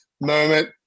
moment